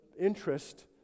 interest